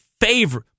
favorite